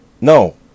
No